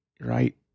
Right